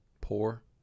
Poor